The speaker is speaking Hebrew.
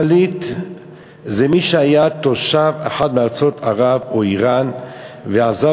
פליט זה מי שהיה תושב אחת מארצות ערב או איראן ועזב,